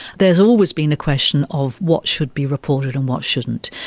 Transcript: there's always been a question of what should be reported and what shouldn't,